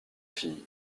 filles